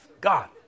God